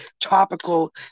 topical